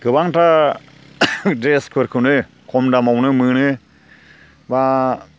गोबांथा द्रेसफोरखौनो खम दामावनो मोनो बा